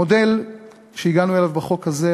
המודל שהגענו אליו בחוק הזה,